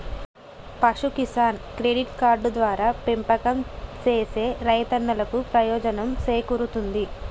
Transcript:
పశు Kisan credit card ద్వారా పెంపకం సేసే రైతన్నలకు ప్రయోజనం సేకూరుతుంది